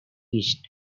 east